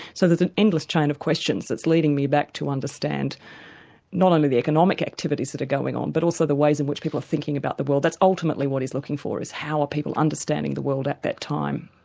so there's an endless chain of questions that's leading me back to understand not only the economic activities that are going on, but also the ways in which people are thinking about the world'. that's ultimately what he's looking for, is how are people understanding the world at that time?